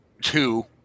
Two